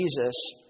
Jesus